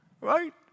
right